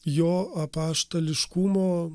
jo apaštališkumo